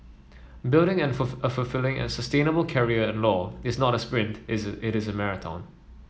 building and a a fulfilling and sustainable career in law is not a sprint is it is a marathon